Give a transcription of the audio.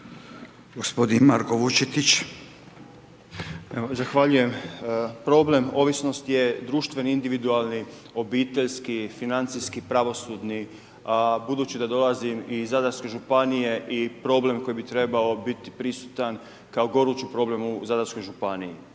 Marko (Nezavisni)** Zahvaljujem. Problem ovisnosti je društveni individualni obiteljski financijski pravosudni budući da dolazim iz Zadarske županije i problem koji bi trebao biti prisutan kao gorući problem u Zadarskoj županiji